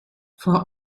vor